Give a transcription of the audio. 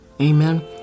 Amen